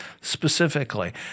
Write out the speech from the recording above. specifically